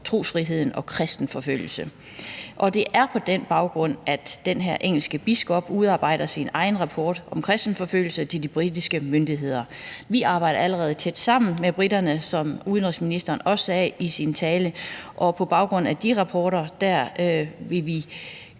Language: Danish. trosfriheden, herunder kristenforfølgelse. Det er på den baggrund, at den her engelske biskop udarbejder sin egen rapport om kristenforfølgelse til de britiske myndigheder. Vi arbejder allerede tæt sammen med briterne, som udenrigsministeren også sagde i sin tale, og på baggrund af de rapporter ved vi